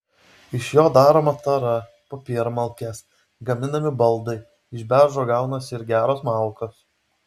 iš jo daroma tara popiermalkės gaminami baldai iš beržo gaunasi ir geros malkos